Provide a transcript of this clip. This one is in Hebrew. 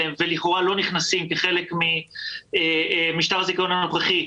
עליהם ולכאורה לא נכנסים כחלק ממשטר הזיכיון הנוכחי,